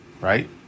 Right